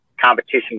competition